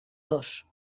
dos